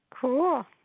Cool